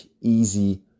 easy